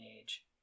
age